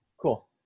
cool